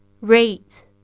rate